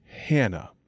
Hannah